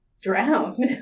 Drowned